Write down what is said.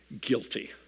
Guilty